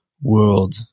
world